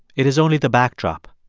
it is only the backdrop,